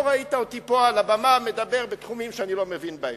לא ראית אותי פה על הבמה מדבר בתחומים שאני לא מבין בהם.